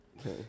Okay